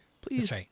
please